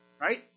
Right